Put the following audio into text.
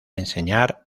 enseñar